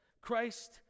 Christ